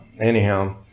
Anyhow